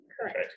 Correct